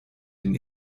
den